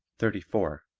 thirty four.